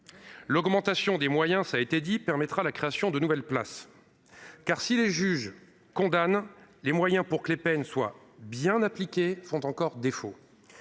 L'augmentation des moyens permettra la création de nouvelles places. Si les juges condamnent, les moyens pour que les peines soient bien appliquées font encore défaut.